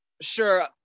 sure